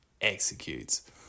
executes